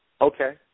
Okay